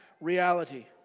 reality